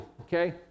okay